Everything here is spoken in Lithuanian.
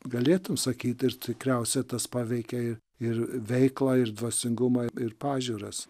galėtum sakyt ir tikriausiai tas paveikia ir ir veiklą ir dvasingumą ir pažiūras